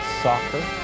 soccer